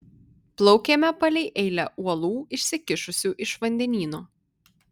plaukėme palei eilę uolų išsikišusių iš vandenyno